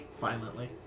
Violently